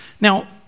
Now